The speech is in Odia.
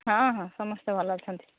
ହଁ ହଁ ସମସ୍ତେ ଭଲ ଅଛନ୍ତି